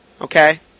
okay